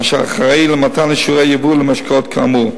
אשר אחראי למתן אישורי ייבוא למשקאות כאמור.